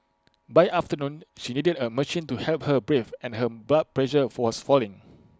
by afternoon she needed A machine to help her breathe and her blood pressure was falling